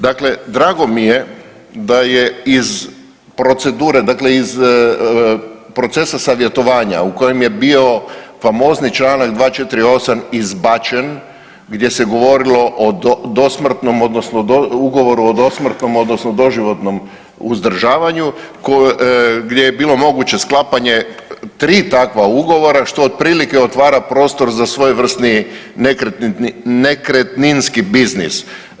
Dakle drago mi je da iz procedure, dakle ih procesa savjetovanja u kojem je bio famozni čl. 248 izbačen gdje se govorilo o dosmrtnom, odnosno ugovoru o dosmrtnom odnosno doživotnom uzdržavanju gdje je bilo moguće sklapanje tri takva ugovora, što otprilike otvara prostor za svojevrsni nekretninski biznis.